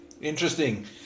Interesting